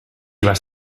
vas